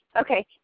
Okay